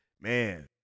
Man